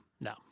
no